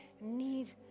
need